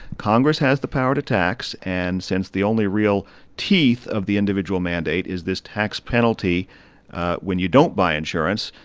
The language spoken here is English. congress has the power to tax. and since the only real teeth of the individual mandate is this tax penalty when you don't buy insurance,